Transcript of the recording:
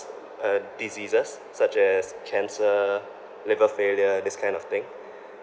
uh diseases such as cancer liver failure this kind of thing